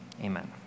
Amen